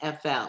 FL